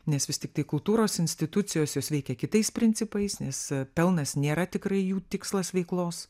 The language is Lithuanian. nes vis tiktai kultūros institucijos jos veikia kitais principais nes pelnas nėra tikrai jų tikslas veiklos